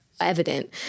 evident